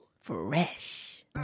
Fresh